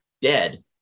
dead